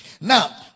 Now